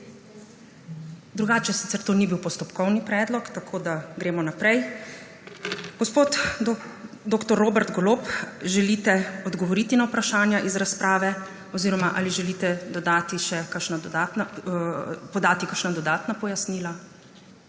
jo bomo. Sicer to ni bil postopkovni predlog, tako da gremo naprej. Gospod dr. Robert Golob, želite odgovoriti na vprašanja iz razprave oziroma ali želite podati kakšna dodatna pojasnila?